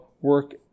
work